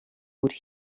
would